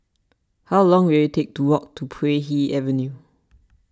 how long will it take to walk to Puay Hee Avenue